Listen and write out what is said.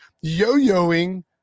yo-yoing